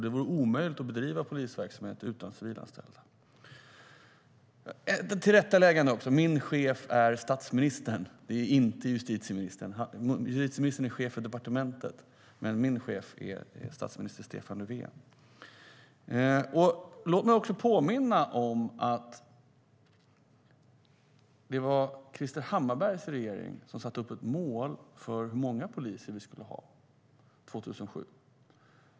Det vore omöjligt att bedriva polisverksamhet utan civilanställda. Låt mig påminna om att det var Krister Hammarberghs regering som satte upp ett mål för hur många poliser vi skulle ha 2007.